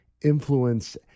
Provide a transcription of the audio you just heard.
influence